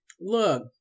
look